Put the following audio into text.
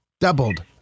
Doubled